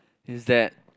is that